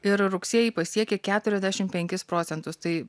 ir rugsėjį pasiekė keturiasdešim penkis procentus tai